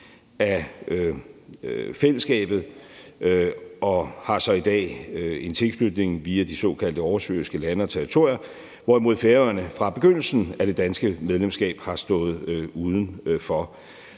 af fællesskabet og har så i dag en tilknytning via de såkaldte oversøiske lande og territorier – hvorimod Færøerne fra begyndelsen af det danske medlemskab har stået udenfor.